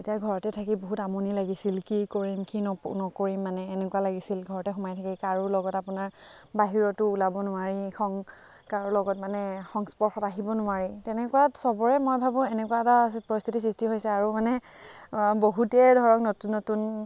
তেতিয়া ঘৰতে থাকি বহুত আমনি লাগিছিল কি কৰিম কি নকৰিম মানে এনেকুৱা লাগিছিল ঘৰতেই সোমাই থাকি কাৰো লগত আপোনাৰ বাহিৰতো ওলাব নোৱাৰি সং কাৰো লগত মানে সংস্পৰ্শত আহিব নোৱাৰি তেনেকুৱাত সবৰে মই ভাবোঁ এনেকুৱা এটা পৰিস্থিতি সৃষ্টি হৈছে আৰু মানে বহুতেই ধৰক নতুন নতুন